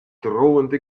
drohende